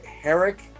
Herrick